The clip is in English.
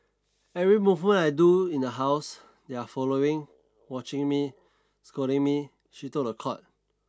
every movement I do in the house they are following watching me scolding me she told the court